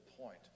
point